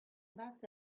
base